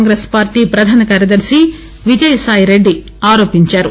Congress party ప్రధాన కార్యదర్శి విజయసాయిరెడ్డి ఆరోపించారు